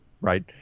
right